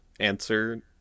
answer